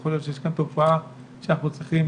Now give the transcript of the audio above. יכול להיות שיש כאן תופעה שאנחנו צריכים